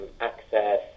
access